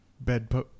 bed